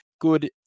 good